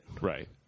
Right